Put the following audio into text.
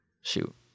shoot